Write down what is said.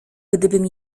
gdybym